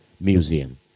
museum